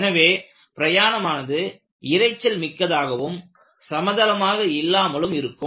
எனவே பிரயாணமானது இரைச்சல் மிக்கதாகவும் சமதளமாக இல்லாமலும் இருக்கும்